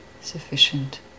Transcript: sufficient